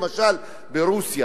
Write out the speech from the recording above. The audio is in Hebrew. למשל ברוסיה,